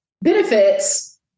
benefits